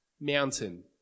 mountain